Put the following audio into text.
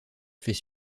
fait